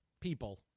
people